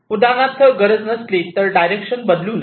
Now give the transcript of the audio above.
उदाहरणार्थ गरज नसली तर डायरेक्शन बदलू नये